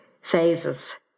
phases